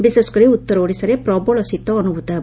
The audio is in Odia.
ବିଶେଷକରି ଉଉର ଓଡ଼ିଶାରେ ପ୍ରବଳ ଶୀତ ଅନୁଭୂତ ହେବ